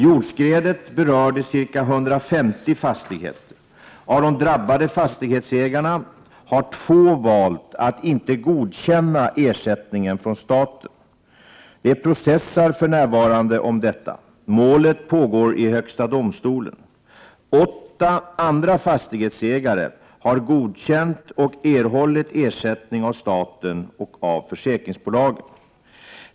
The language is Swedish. Jordskredet berörde ca 150 fastigheter. Av de drabbade fastighetsägarna har två valt att inte godkänna ersättningen från staten. De processar för närvarande om detta. Målet pågår i högsta domstolen. Åtta andra fastighetsägare har godkänt och erhållit ersättning av staten och av försäkringsbolagen.